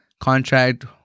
contract